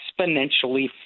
exponentially